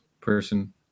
person